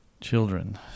children